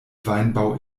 weinbau